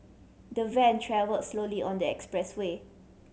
the van travelled slowly on their expressway